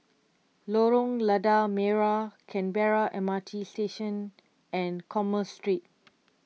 Lorong Lada Merah Canberra M R T Station and Commerce Street